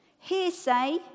hearsay